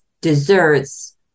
desserts